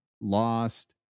lost